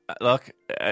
Look